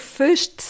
first